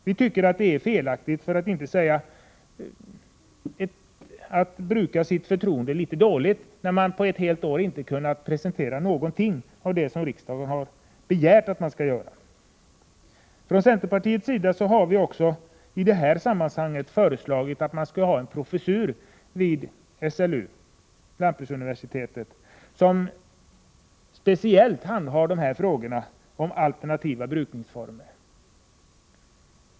Vi tycker att det är felaktigt, för att inte säga att man brukar sitt förtroende dåligt, när man på ett helt år inte kunnat presentera någonting av det som riksdagen har begärt. Från centerpartiets sida har vi också i det här sammanhanget föreslagit en professur vid lantbruksuniversitetet som speciellt skulle handha frågorna om alternativa brukningsformer.